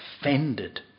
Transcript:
offended